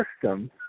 system